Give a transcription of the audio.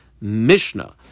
Mishnah